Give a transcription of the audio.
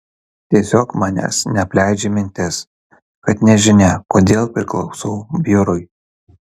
tiesiog manęs neapleidžia mintis kad nežinia kodėl priklausau biurui